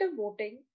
voting